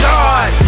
God